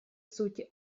сути